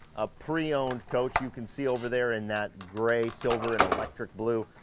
a pre-owned coach you can see over there in that gray silver and electric blue.